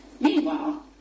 Meanwhile